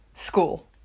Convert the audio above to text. School